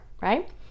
Right